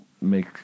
make